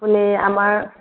আপুনি আমাৰ